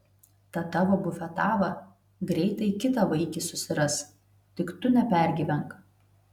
ta tavo bufetava greitai kitą vaikį susiras tik tu nepergyvenk